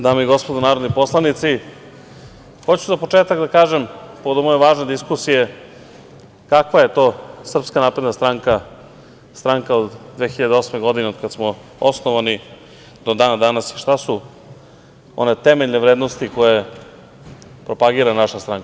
Dame i gospodo narodni poslanici, za početak hoću da kažem, povodom ove važne diskusije kakva je to Srpska napredna stranka, stranka od 2008. godine, od kad smo osnovani do dana današnjeg i šta su one temeljne vrednosti koje propagira naša stranka.